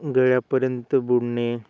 गळ्यापर्यंत बुडणे